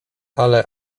ale